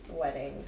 wedding